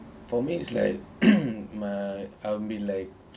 for me it's like my I'll be like